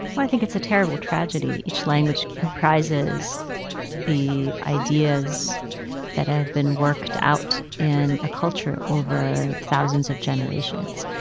i think it's a terrible tragedy. each language comprises the ideas that have been worked out in a culture over thousands of generations,